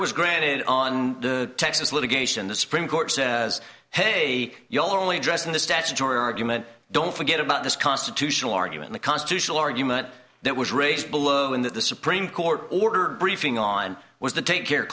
was granted on the texas litigation the supreme court says hey you'll only address in the statutory argument don't forget about this constitutional argument the constitutional argument that was race below and that the supreme court order briefing on was the take care